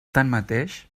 tanmateix